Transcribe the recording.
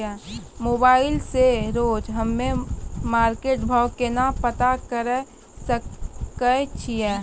Mobile से रोजे हम्मे मार्केट भाव केना पता करे सकय छियै?